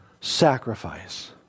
sacrifice